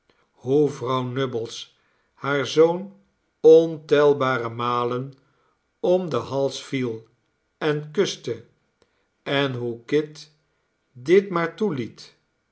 hoe vrouw nubbles haar zoon ontelbare malen om den hals viel en kuste en hoe kit dit maar toeliet